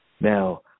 Now